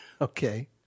Okay